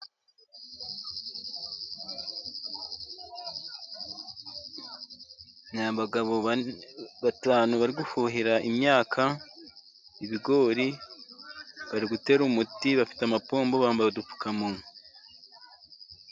Ni abagabo batanu bari gufuhira imyaka ibigori, bari gutera umuti bafite amapombo, bambaye udupfukamunwa.